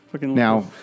Now